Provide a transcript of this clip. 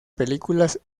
películas